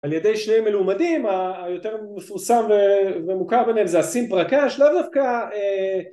על ידי שני מלומדים היותר מפורסם ומוכר ביניהם זה הסים פרקש שלאו דווקא...